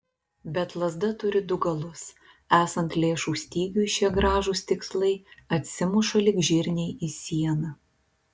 bet lazda turi du galus esant lėšų stygiui šie gražūs tikslai atsimuša lyg žirniai į sieną